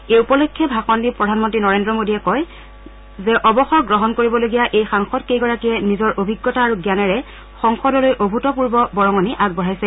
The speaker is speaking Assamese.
এই উপলক্ষে ভাষণ দি প্ৰধানমন্ত্ৰী নৰেন্দ্ৰ মোদীয়ে কয় যে অৱসৰ গ্ৰহণ কৰিবলগীয়া এই সাংসদকেইগৰাকীয়ে নিজৰ অভিজ্ঞতা আৰু জ্ঞানেৰে সংসদলৈ অভূপূৰ্ব বৰঙণি আগবঢ়াইছে